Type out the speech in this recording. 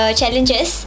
challenges